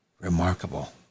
Remarkable